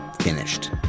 finished